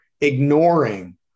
ignoring